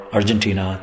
Argentina